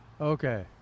Okay